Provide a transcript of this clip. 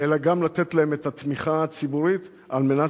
אלא גם לתת להם את התמיכה הציבורית על מנת